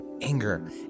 anger